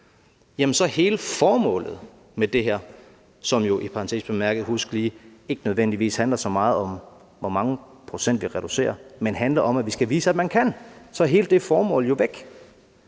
bemærket, husk lige det, ikke nødvendigvis handler så meget om, hvor mange procent vi reducerer, men handler om, at vi skal vise, at man kan – jo væk.